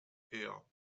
her